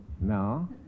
no